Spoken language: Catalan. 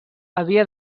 havia